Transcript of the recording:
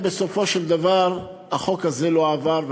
בסופו של דבר החוק הזה לא עבר,